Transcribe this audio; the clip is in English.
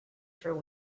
for